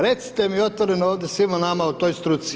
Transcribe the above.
Recite mi otvoreno ovdje svima nama o toj struci.